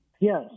Yes